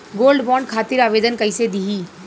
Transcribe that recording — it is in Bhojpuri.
गोल्डबॉन्ड खातिर आवेदन कैसे दिही?